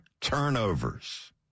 turnovers